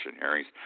hearings